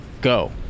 Go